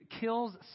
kills